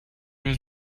was